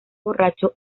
borracho